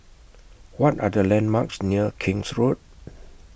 What Are The landmarks near King's Road